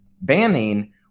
banning